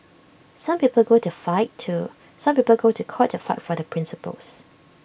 some people go to fight to some people go to court to fight for their principles